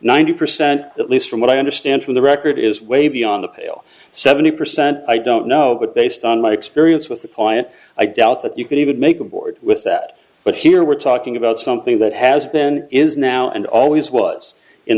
ninety percent at least from what i understand from the record is way beyond the pale seventy percent i don't know but based on my experience with the point i doubt that you can even make a board with that but here we're talking about something that has been is now and always was in